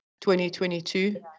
2022